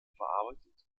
überarbeitet